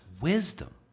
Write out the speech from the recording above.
wisdom